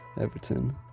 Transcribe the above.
Everton